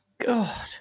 God